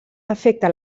afecta